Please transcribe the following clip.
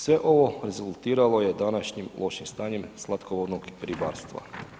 Sve ovo rezultiralo je današnjim lošim stanjem slatkovodnog ribarstva.